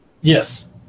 Yes